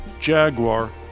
Jaguar